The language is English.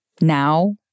now